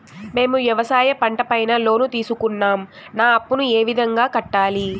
మేము వ్యవసాయ పంట పైన లోను తీసుకున్నాం నా అప్పును ఏ విధంగా కట్టాలి